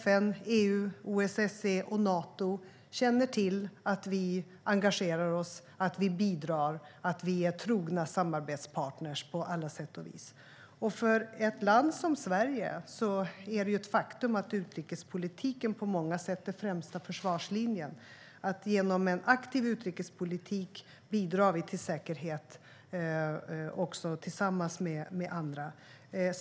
FN, EU, OSSE och Nato känner till att vi engagerar oss, att vi bidrar, att vi är trogna samarbetspartner på alla sätt och vis. Det är ett faktum att för ett land som Sverige är utrikespolitiken på många sätt den främsta försvarslinjen. Genom en aktiv utrikespolitik bidrar vi, också tillsammans med andra, till säkerhet.